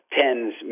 Tens